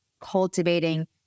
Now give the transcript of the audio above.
cultivating